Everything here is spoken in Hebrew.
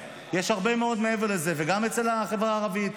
אנחנו מדברים עכשיו על שירות לאומי-אזרחי,